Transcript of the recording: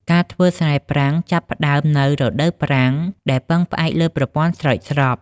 ការធ្វើស្រែប្រាំងចាប់ផ្តើមនៅ រដូវប្រាំង ដែលពឹងផ្អែកលើប្រព័ន្ធស្រោចស្រព។